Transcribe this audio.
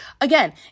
Again